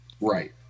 Right